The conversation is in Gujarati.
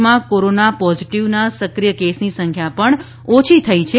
દેશમાં કોરોના પોઝીટીવના સક્રિય કેસની સંખ્યા પણ ઓછી થઇ છે